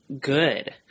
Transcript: good